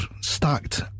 stacked